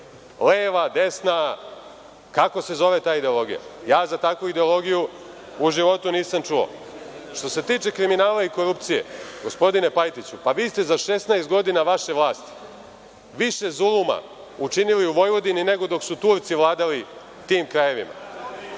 Leva, desna, kako se zove ta ideologija? Ja za takvu ideologiju u životu nisam čuo. Što se tiče kriminala i korupcije, gospodine Pajtiću, pa vi ste za 16 godina vaše vlasti više zuluma učinili u Vojvodini nego dok su Turci vladali tim krajevima.